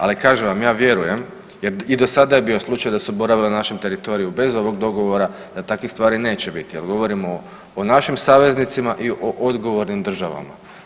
Ali kažem vam ja vjerujem jer i do sada je bio slučaj da su boravili na našem teritoriju bez ovih dogovora da takvih stvari neće biti jer govorimo o našim saveznicima i o odgovornim državama.